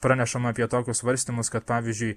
pranešama apie tokius svarstymus kad pavyzdžiui